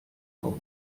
auf